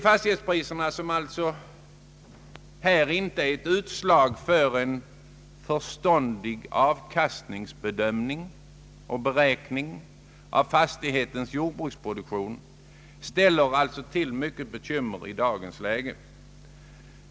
Fastighetspriserna är här alltså inte utslag av en förståndig bedömning av avkastningen och en beräkning av fastighetens jordbruksproduktion, och detta ställer till mycket bekymmer i dagens läge.